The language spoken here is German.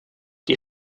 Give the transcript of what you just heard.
die